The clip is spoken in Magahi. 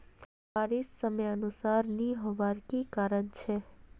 बारिश समयानुसार नी होबार की कारण छे?